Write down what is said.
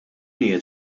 qiegħed